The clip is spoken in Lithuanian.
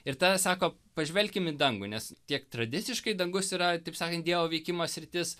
ir tada sako pažvelkim į dangų nes tiek tradiciškai dangus yra taip sakant dievo veikimo sritis